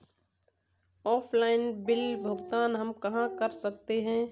Offline bill भुगतान हम कहां कर सकते हैं?